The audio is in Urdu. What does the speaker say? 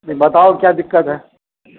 بتاؤ کیا دکت ہے